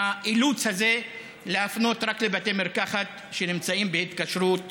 והאילוץ הזה להפנות רק לבתי מרקחת שנמצאים בהתקשרות